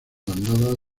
bandadas